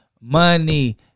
money